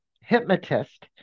hypnotist